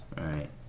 right